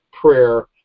prayer